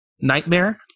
Nightmare